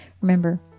Remember